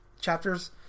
chapters